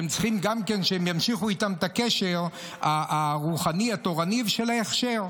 הם צריכים גם כן שהם ימשיכו איתם את הקשר הרוחני התורני של ההכשר,